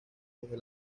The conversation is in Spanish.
desde